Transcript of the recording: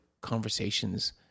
conversations